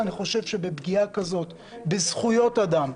אני חושב שפגיעה כזאת בזכויות אדם,